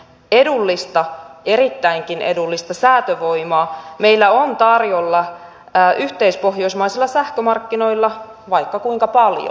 edullista erittäinkin edullista säätövoimaa meillä on tarjolla yhteispohjoismaisilla sähkömarkkinoilla vaikka kuinka paljon